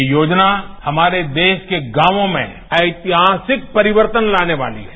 ये योजना हमारे देश के गांवों में ऐतिहासिक परिवर्तन लाने वाली है